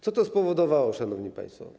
Co to spowodowało, szanowni państwo?